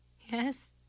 Yes